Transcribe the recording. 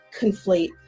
conflate